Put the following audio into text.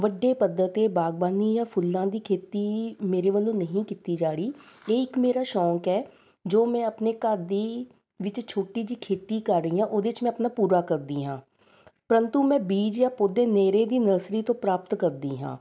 ਵੱਡੇ ਪੱਧਰ 'ਤੇ ਬਾਗਬਾਨੀ ਜਾਂ ਫੁੱਲਾਂ ਦੀ ਖੇਤੀ ਮੇਰੇ ਵੱਲੋਂ ਨਹੀਂ ਕੀਤੀ ਜਾ ਰਹੀ ਇਹ ਇੱਕ ਮੇਰਾ ਸ਼ੌਕ ਹੈ ਜੋ ਮੈਂ ਆਪਣੇ ਘਰ ਦੇ ਵਿੱਚ ਛੋਟੀ ਜਿਹੀ ਖੇਤੀ ਕਰ ਰਹੀ ਹਾਂ ਉਹਦੇ 'ਚ ਮੈਂ ਆਪਣਾ ਪੂਰਾ ਕਰਦੀ ਹਾਂ ਪਰੰਤੂ ਮੈਂ ਬੀਜ ਜਾਂ ਪੌਦੇ ਨੇੜੇ ਦੀ ਨਰਸਰੀ ਤੋਂ ਪ੍ਰਾਪਤ ਕਰਦੀ ਹਾਂ